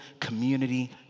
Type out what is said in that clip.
community